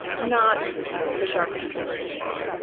not the sharpest tool in the shed,